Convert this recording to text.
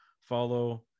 follow